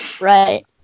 Right